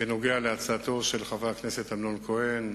בעניין הצעתו של חבר הכנסת אמנון כהן,